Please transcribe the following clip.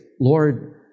Lord